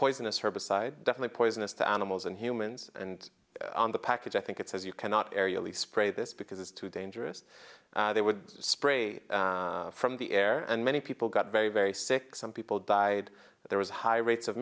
poisonous herbicide definitely poisonous to animals and humans and on the package i think it says you cannot aerially sprayed this because it's too dangerous they would spray from the air and many people got very very sick some people died there was high rates of